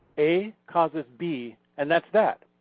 a causes b and that's that.